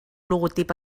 logotip